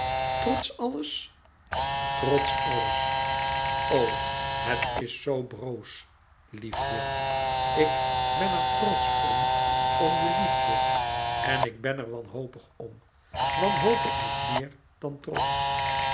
trots alles trots alles o het is zoo broos liefde ik ben er trotsch om om je liefde en ik ben er wanhopig om wanhopig nog meer dan trotsch